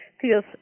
feels